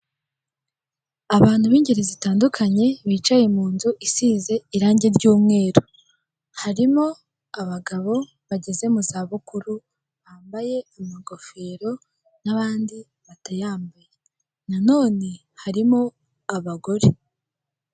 Abantu b'ingeri zitandukanye bicaye mu nzu isize irangi ry'umweru harimo abagabo bageze mu za bukuru bambaye amagofero n'abandi batayambaye nanone harimo abagore.